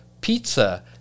pizza